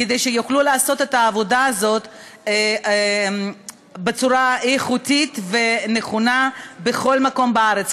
כדי שיוכלו לעשות את העבודה הזאת בצורה איכותית ונכונה בכל מקום בארץ,